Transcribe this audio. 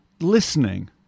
listening